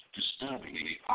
disturbingly